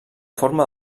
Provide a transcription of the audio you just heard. forma